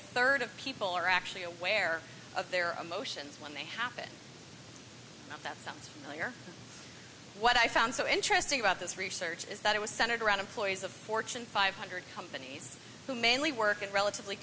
third of people are actually aware of their emotions when they happen that sounds familiar what i found so interesting about this research is that it was centered around employees of fortune five hundred companies who mainly work in relatively